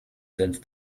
senf